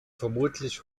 vermutlich